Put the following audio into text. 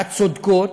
הצודקות,